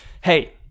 Hey